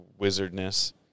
wizardness